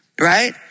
right